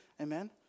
Amen